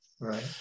Right